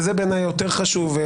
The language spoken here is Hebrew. זה בעיניי יותר חשוב,